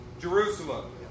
Jerusalem